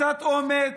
קצת אומץ,